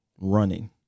running